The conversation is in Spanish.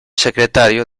secretario